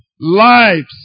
Lives